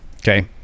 Okay